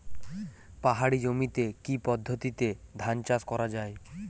পাহাড়ী জমিতে কি পদ্ধতিতে ধান চাষ করা যায়?